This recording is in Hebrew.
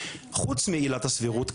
חוץ מעילת הסבירות,